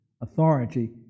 authority